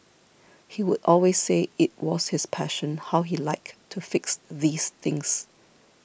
he would always say it was his passion how he liked to fix these things